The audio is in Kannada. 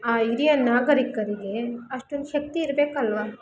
ಆ ಹಿರಿಯ ನಾಗರೀಕರಿಗೆ ಅಷ್ಟೊಂದು ಶಕ್ತಿ ಇರಬೇಕಲ್ವಾ